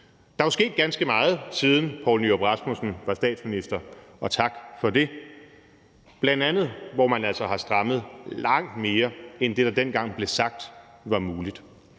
Der er jo sket ganske meget, siden Poul Nyrup Rasmussen var statsminister – og tak for det – bl.a. at man har strammet langt mere end det, der dengang blev sagt var muligt.